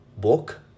book